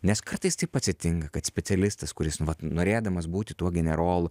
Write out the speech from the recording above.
nes kartais taip atsitinka kad specialistas kuris nu vat norėdamas būti tuo generolu